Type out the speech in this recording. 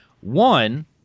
One